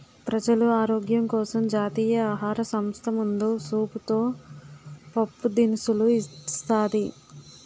ప్రజలు ఆరోగ్యం కోసం జాతీయ ఆహార సంస్థ ముందు సూపుతో పప్పు దినుసులు ఇస్తాది